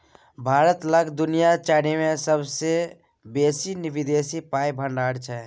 भारत लग दुनिया चारिम सेबसे बेसी विदेशी पाइक भंडार छै